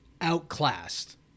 outclassed